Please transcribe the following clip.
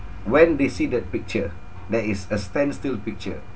when they see that picture that is a standstill picture